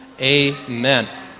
Amen